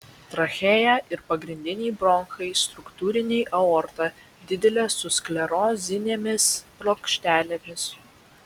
trachėja ir pagrindiniai bronchai struktūriniai aorta didelė su sklerozinėmis plokštelėmis